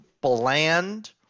bland